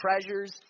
treasures